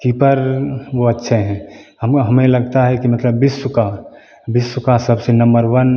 keeper वह अच्छे हैं हमको हमें लगता है कि मतलब विश्व का विश्व का सबसे नंबर वन